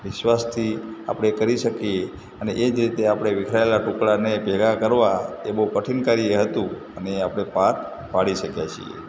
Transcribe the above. વિશ્વાસથી આપણે કરી શકીએ અને એ જ રીતે આપણે વિખરાયેલા ટૂકડાને ભેગા કરવા એ બહું કઠીન કાર્ય હતું અને એ આપણે પાર પાડી શક્યા છીએ